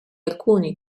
alcuni